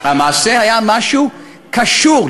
המעשה היה משהו קשור,